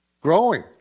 growing